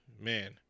Man